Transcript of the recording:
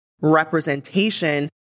representation